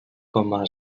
coma